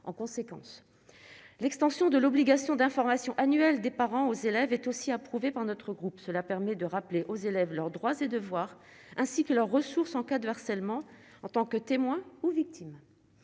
en conséquence, l'extension de l'obligation d'information annuelle des parents aux élèves est aussi approuvé par notre groupe, cela permet de rappeler aux élèves leur droit, c'est de voir ainsi que leurs ressources en cas de harcèlement en tant que témoin ou victime,